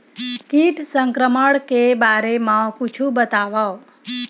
कीट संक्रमण के बारे म कुछु बतावव?